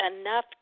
enough